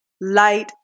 light